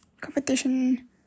competition